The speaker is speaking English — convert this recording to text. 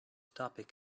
topic